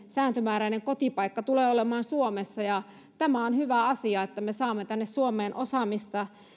sääntömääräinen kotipaikka tulee olemaan suomessa tämä on hyvä asia että me saamme tänne suomeen osaamista